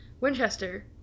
Winchester